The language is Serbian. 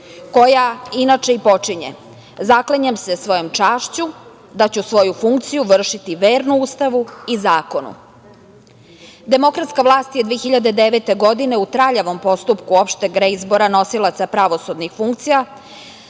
koja inače i počinje: „Zaklinjem se svojom čašću da svoju funkciju vršiti verno Ustavu i zakonu“.Demokratska vlast je 2009. godine u traljavom postupku opšteg reizbora nosilaca pravosudnih funkcija